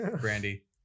Brandy